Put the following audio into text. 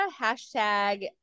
hashtag